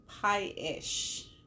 pie-ish